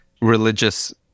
religious